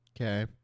Okay